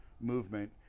movement